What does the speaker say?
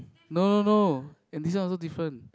no no no and this one look different